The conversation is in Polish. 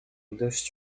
dość